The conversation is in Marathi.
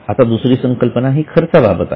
आता दुसरी संकल्पना ही खर्चाबाबत आहे